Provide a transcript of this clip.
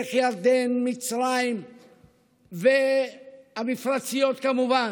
דרך ירדן, מצרים, והמפרציות, כמובן,